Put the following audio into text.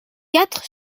quatre